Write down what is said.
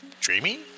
dreamy